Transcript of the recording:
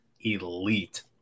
elite